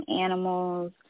animals